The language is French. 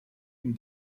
une